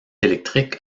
électrique